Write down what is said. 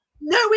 No